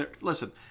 Listen